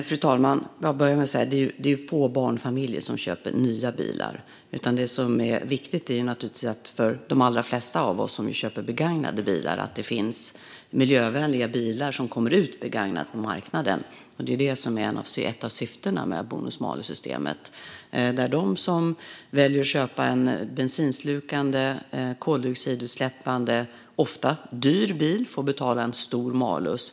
Fru talman! Låt mig börja med att säga att det är få barnfamiljer som köper nya bilar. Det som är viktigt för de allra flesta av oss som köper begagnade bilar är naturligtvis att det finns miljövänliga bilar som kommer ut på begagnatmarknaden. Det är också ett av syftena med bonus-malus-systemet. De som väljer att köpa en bensinslukande, koldioxidutsläppande, ofta dyr bil får betala en stor malus.